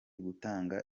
gutanga